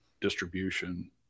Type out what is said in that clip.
distribution